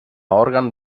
òrgan